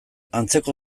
antzeko